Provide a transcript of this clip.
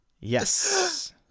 Yes